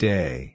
Day